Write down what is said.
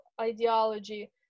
ideology